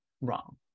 wrong